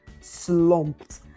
slumped